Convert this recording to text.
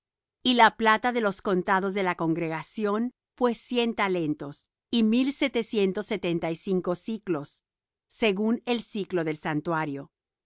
y la plata de los contados de la congregación fué cien talentos y mil setecientos setenta y cinco siclos según el siclo del santuario